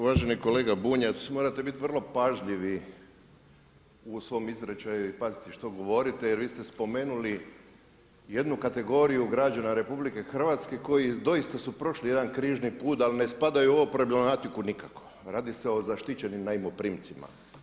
Uvaženi kolega Bunjac morate biti vrlo pažljivi u svom izričaju i paziti što govorite jer vi ste spomenuli jednu kategoriju građana Republike Hrvatske koji doista su prošli jedan križni put ali ne spadaju u ovu problematiku nikako, a radi se o zaštićenim najmoprimcima.